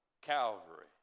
Calvary